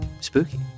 spooky